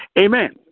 Amen